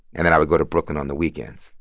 and then i would go to brooklyn on the weekends.